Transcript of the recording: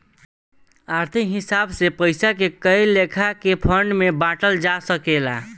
आर्थिक हिसाब से पइसा के कए लेखा के फंड में बांटल जा सकेला